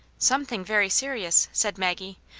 something very serious, said maggie.